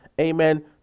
Amen